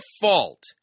fault